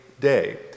day